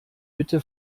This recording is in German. bitte